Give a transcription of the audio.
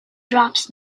drops